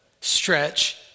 Stretch